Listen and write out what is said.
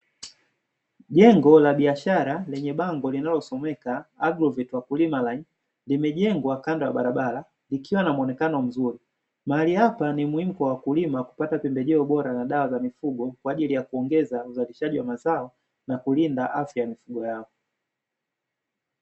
Jengo la biashara lenye bango linalosomeka limejengwa kando ya barabara. Likiwa na muonekano mzuri magari hapo ndipo wakulima hupata pembeheo bora na mifugo kwa ajili ya kuongeza uzalishaji wa mazao.